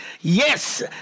Yes